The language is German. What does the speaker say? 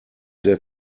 der